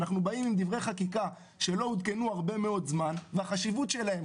אנחנו באים עם דברי חקיקה שלא עודכנו הרבה מאוד זמן והחשיבות שלהם,